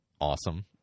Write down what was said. awesome